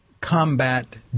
Combat